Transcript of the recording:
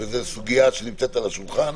וזאת סוגיה שנמצאת על השולחן.